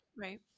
Right